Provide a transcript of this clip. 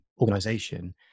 organization